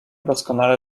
doskonale